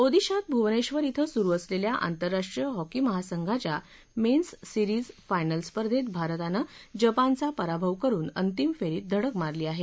ओदिशात भुवनेश्वर क्वें सुरु असलेल्या आंतरराष्ट्रीय हॉकी महासंघाच्या मेन्स सिरीज फायनल्स स्पर्धेत भारतानं जपानच्या पराभव करुन अंतिम फेरीत धडक मारली आहे